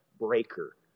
breaker